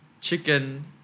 chicken